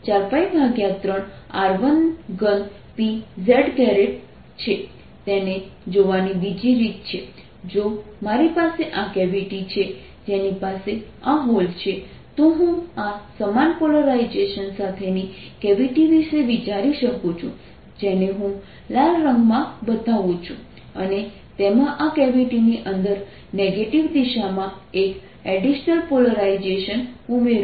E P30z For inner cavity dipole of P 4π3R13Pz તેને જોવાની બીજી રીત છે જો મારી પાસે આ કેવિટી છે જેની પાસે આ હોલ છે તો હું આ સમાન પોલરાઇઝેશન સાથેની કેવિટી વિશે વિચારી શકું છું જેને હું લાલ રંગમાં બતાવું છું અને તેમાં આ કેવિટીની અંદર નેગેટિવ દિશામાં એક એડિશનલ પોલરાઇઝેશન ઉમેરું છું